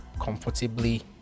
comfortably